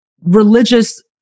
religious